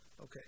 Okay